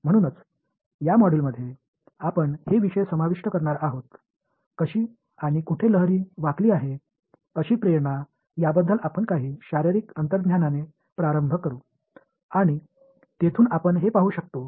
எனவே இந்த தொகுதியில் நாம் உள்ளடக்கும் தலைப்புகள் இவைதான் அத்தகைய உந்துதலை எப்படி எங்கு அலை வளைக்கத் தோன்றுகிறது என்பது குறித்த சில பிஸிக்கல் உள்ளுணர்வுடன் தொடங்குவோம்